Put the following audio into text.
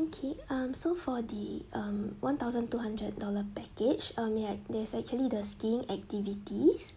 okay um so for the um one thousand two hundred dollar package um we had there's actually the skiing activities